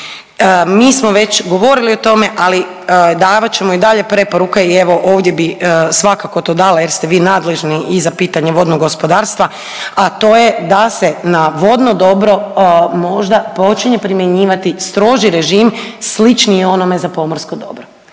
Mi smo već govorili o tome, ali davat ćemo i dalje preporuke i evo ovdje bi svakako to dala jer ste vi nadležni i za pitanje vodnog gospodarstva, a to je da se na vodno dobro možda počinje primjenjivati stroži režim sličnije onome za pomorsko dobro.